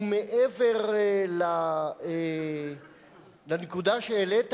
ומעבר לנקודה שהעלית,